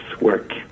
work